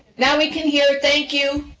now, we can hear, thank you.